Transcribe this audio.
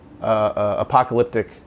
apocalyptic